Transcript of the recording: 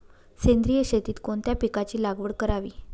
सेंद्रिय शेतीत कोणत्या पिकाची लागवड करावी?